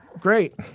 great